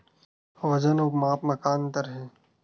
वजन अउ माप म का अंतर हे?